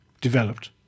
developed